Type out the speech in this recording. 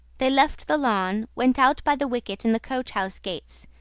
they left the lawn, went out by the wicket in the-coach-house gates,